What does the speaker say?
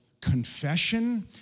confession